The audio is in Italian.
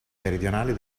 meridionali